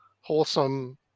wholesome